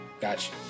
Gotcha